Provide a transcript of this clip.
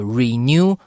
renew